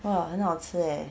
!wah! 很好吃 eh